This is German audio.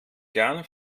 gerne